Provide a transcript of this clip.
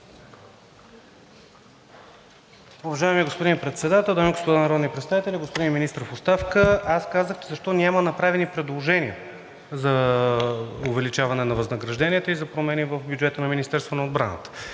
Уважаеми господин Председател, дами и господа народни представители, господин Министър в оставка! Аз казах защо няма направени предложения за увеличаване на възнагражденията и за промени в бюджета на Министерството на отбраната.